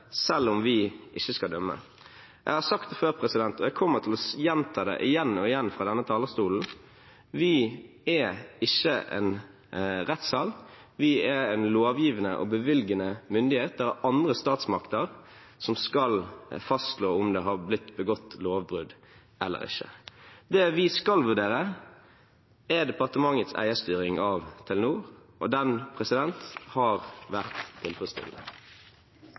selv om vi ikke skal dømme. Jeg har sagt det før, og jeg kommer til å gjenta det igjen og igjen fra denne talerstolen: Vi er ikke en rettssal. Vi er en lovgivende og bevilgende myndighet. Det er andre statsmakter som skal fastslå om det har blitt begått lovbrudd eller ikke. Det vi skal vurdere, er departementets eierstyring av Telenor, og den har vært tilfredsstillende.